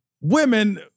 women